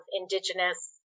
Indigenous